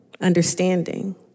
Understanding